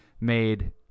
made